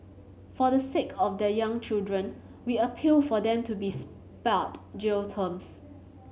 for the sake of their young children we appeal for them to be spared jail terms